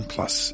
Plus